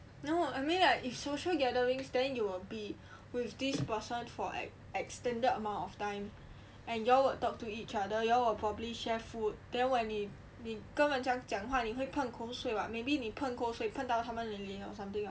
no I mean like if social gatherings then you will be with this person for like extended amount of time and you all will talk to each other you all with probably share food then when 你你跟人家讲话你会喷口水 then maybe 你喷口水喷到他们的脸 or something what